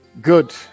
Good